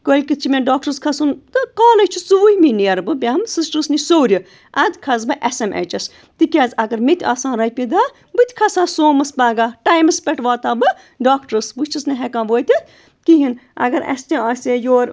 کٲلۍکٮ۪تھ چھُ مےٚ ڈاکٹرٛس کھسُن تہٕ کالَے چھُ ژوٚوُہمہِ نیرٕ بہٕ بیٚہمہٕ سِسٹرس نِش سورِ اَدٕ کھسہٕ بہٕ ایس ایم ایچ ایس تِکیٛازِ اگر مےٚ تہِ آسہِ ہَن رۄپیہِ دَہ بہٕ تہِ کھسہٕ ہا سومَس پَگاہ ٹایمَس پٮ۪ٹھ واتہٕ ہا بہٕ ڈاکٹرس بہٕ چھس نہٕ ہٮ۪کان وٲتِتھ کِہیٖنۍ اگر اَسہِ تہِ آسہِ ہا یور